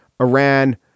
Iran